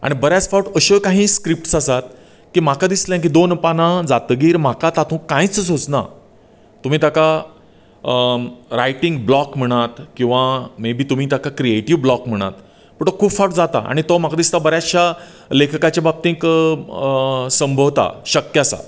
आनी बऱ्यांच फावट अशो काहि स्क्रिप्ट आसात की म्हाका दिसलें की दोन पानां जातकच म्हाका तातुंत कांयच सुचना तुमी ताका रायटिंग ब्लॉक म्हणात किंवा मे बी तुमी ताका क्रियेटिव ब्लॉक म्हणात पूण तो खूब फावट जाता आनी तो म्हाका दिसता बऱ्याशा लेखकांच्या बाबतींत संभवता शक्य आसा